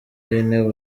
w’intebe